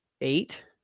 eight